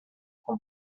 com